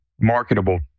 marketable